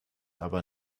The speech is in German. aber